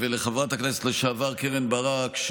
וחברת הכנסת לשעבר קרן ברק,